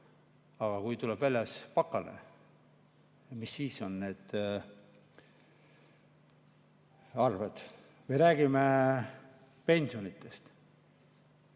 Aga kui tuleb väljas pakane, mis siis need arved on? Me räägime pensionitest.